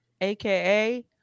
AKA